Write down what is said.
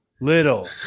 little